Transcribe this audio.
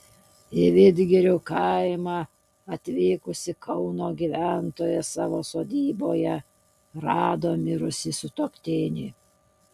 į vidgirių kaimą atvykusi kauno gyventoja savo sodyboje rado mirusį sutuoktinį